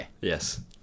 yes